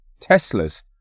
Teslas